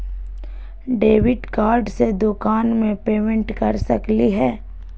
Debit card से दुकान में पेमेंट कर सकली हई?